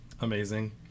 Amazing